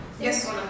Yes